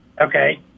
okay